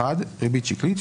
ריבית שקלית.